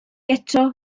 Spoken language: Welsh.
eto